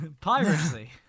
Piracy